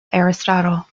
aristotle